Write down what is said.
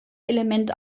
element